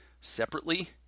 separately